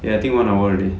eh I think one hour already